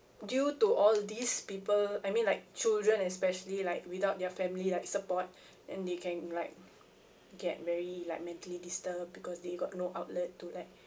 due to all these people I mean like children especially like without their family like support and they can like get very like mentally disturbed because they got no outlet to like